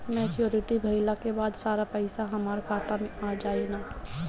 Maturity भईला के बाद सारा पईसा हमार खाता मे आ जाई न?